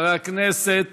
חבר הכנסת,